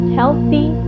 healthy